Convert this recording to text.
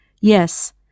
Yes